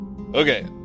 Okay